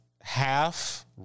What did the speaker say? half